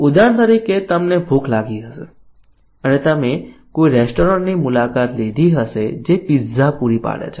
ઉદાહરણ તરીકે તમને ભૂખ લાગી હશે અને તમે એક રેસ્ટોરન્ટની મુલાકાત લીધી હશે જે પિઝા પૂરી પાડે છે